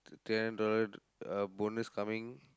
th~ three hundred dollars uh bonus coming